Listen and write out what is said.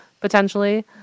potentially